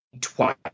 twice